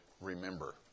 remember